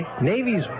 Navy's